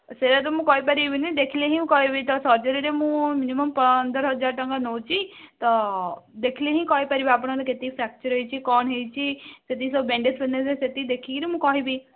ସେଇଟା ତ ମୁଁ କହି ପାରିବିନି ଦେଖିଲେ ହିଁ ମୁଁ କହିବି ତ ସର୍ଜରୀରେ ମୁଁ ମିନିମମ୍ ପନ୍ଦରହଜାର ଟଙ୍କା ନେଉଛି ତ ଦେଖିଲେ ହିଁ କହି ପାରିବି ଆପଣଙ୍କର କେତିକି ଫ୍ରାକ୍ଚର୍ ହେଇଛି କ'ଣ ହେଇଛି ସେତିକି ବ୍ୟାଣ୍ଡେଜ୍ ଫେଣ୍ଡେଜ୍ ସେତିକି ଦେଖିକିରି ହିଁ ମୁଁ କହିବି